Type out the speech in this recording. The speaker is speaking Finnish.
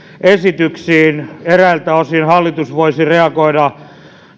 esityksiin eräiltä osin hallitus voisi reagoida